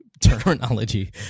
terminology